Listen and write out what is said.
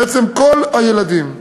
בעצם כל הילדים.